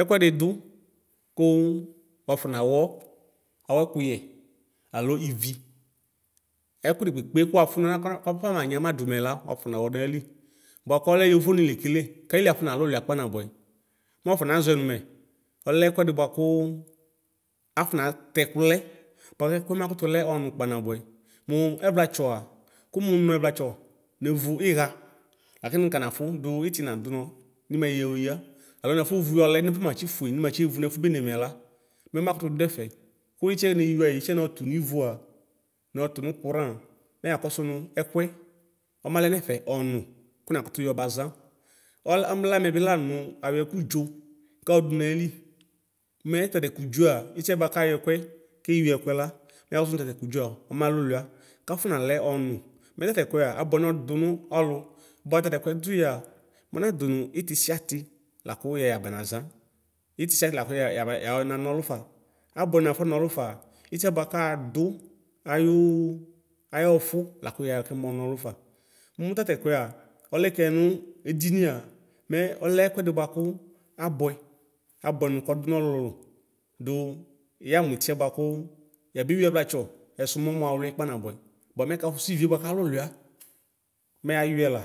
Ɛkʋɛdi dʋ kʋ wafɔ nawɔ awʋ ɛkʋyɛ alo ivi ɛkʋ di kpekpe kʋ wafɔ na nʋkɔfa manyama dʋ mɛla wafɔ nawɔ nayili bʋa kɔlɛ yovo ni lekele kayi afɔ nalʋluia kpanabʋɛ mʋ wafɔna zɔɛ nʋ mɛ ɔlɛ ɛkʋɛdi bʋakʋ afɔnatɛ ɛkʋ lɛ bʋakʋ ɛkʋɛ makʋtʋ lɛ kpa nabʋɛ niʋ ɛvlatsɔa kʋmʋ nɔ ɛvlatsɔ nevʋ iɣa laki kɔnafʋ dʋ itiɛ nadʋnɔ nimɛ yoya alo nafɔvʋ yɔlɛ nimatsi fʋe nimatsi yevʋ nɛfʋ beneni mɛla mɛ makʋtʋ dʋɛfɛ kʋ itiɛ newayi itiɛ nɔtʋ nivʋa nɔtʋ nʋ kʋraa mɛ yakɔsʋ nʋ ɛkʋɛ ɔmalɛ nɛfɛ ɔnʋ kʋnakʋtʋ yɔbaza ɔlɛ ɔma lamɛ bila mʋ ayɔ ɛkʋ dzo kɔdʋ nayili mɛ tatɛkʋ dzoa itiɛ bʋakayɔ ɛkʋɛ kewia ekʋela yakɔsʋ nʋ tatɛ dzoea ɔmalʋ luia kafɔ nalɛ ɔnʋ mɛ tatɛkʋɛ a abʋɛ nɔdʋ nʋ ɔlʋ bʋa tatɛkʋ dʋyɛa nɔnadʋnʋ iti sia iti lakʋ yɛ yabanaza iti sia iti lakʋ yɛ yabanana ɔlʋ fa abʋɛ nafɔ naɔlʋ fa itiɛ bʋaka dʋ ayʋ ayʋ ʋfʋ lakɛ mɔnɔlʋ fa mʋ tatɛkʋɛa ɔlɛkɛ nedinia mɛ ɔlɛ ɛkʋɛdi bʋakʋ abʋɛ abʋɛ nʋ kɔdʋnʋ ɔlʋlʋ dʋ yamʋ itiɛ bʋakʋ yabewi ɛvla tsɔ ɛdisʋ mʋ ɔmɔavliɛ kpaa nabʋɛ bʋamɛ ɛkafʋsʋ ivie bʋakalʋluia mɛ ayɔɛla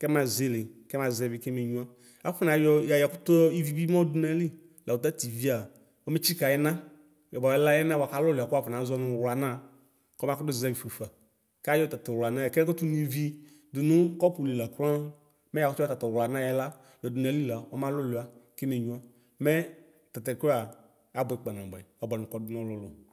kɛma zele mazɛvi kemenyua afɔnayɔ yakʋtʋ yɔyɔ ivi mɔdʋ nayili lakʋ tativiea ɔmetsika ɛna ɛbʋayɛ na yɛ bʋakʋ wazɔnʋ ʋwlana kɔbakʋtʋ zɛvifʋefa kayɔ tatʋwlana yɛ kakʋtʋ nuvi dʋnʋ kɔpʋ lila kran mɛ yakʋtʋ yɔ tatʋ ʋwlanɛ la yɔdʋnʋ ayili la ɔmalʋluia kemenyua niɛ tatɛkʋɛ abʋɛ kpa nabʋɛ mɛ abʋɛ nɔdʋnʋ ɔlʋsia ɔlʋ.